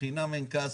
חינם אין כסף.